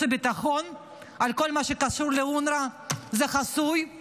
והביטחון בכל מה שקשור לאונר"א הם חסויים,